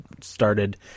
started